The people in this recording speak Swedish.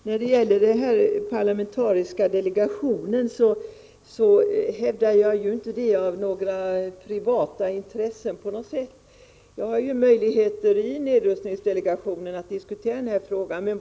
Herr talman! När det gäller den parlamentariska gruppen är det inte av några privata intressen som jag hävdar att en sådan skall inrättas. Jag har möjligheter i nedrustningsdelegationen att diskutera den frågan.